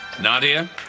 Nadia